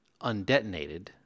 undetonated